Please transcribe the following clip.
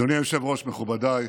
אדוני היושב-ראש, מכובדיי,